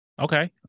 Okay